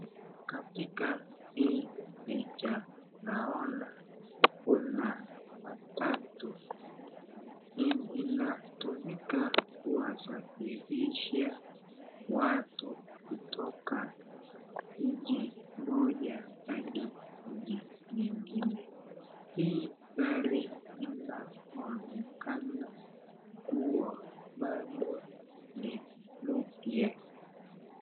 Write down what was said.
Katika hii picha naona kuna matatu inatumika kuwasafirisha watu kutoka nchi moja hadi nchi nyingine, hii gari inaonekana kuwa bado ni mpya.